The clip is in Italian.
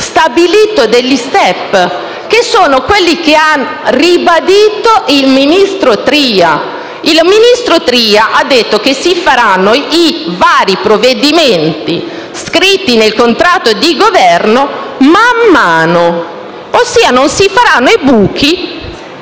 stabilito degli *step*, che sono quelli che ha ribadito il ministro Tria. Il ministro Tria ha detto che i vari provvedimenti scritti nel contratto di Governo si faranno man mano, ossia che non si produrranno i buchi